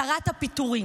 שרת הפיטורין.